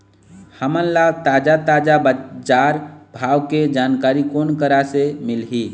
हमन ला ताजा ताजा बजार भाव के जानकारी कोन करा से मिलही?